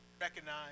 Recognize